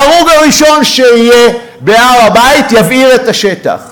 ההרוג הראשון שיהיה בהר-הבית יבעיר את השטח.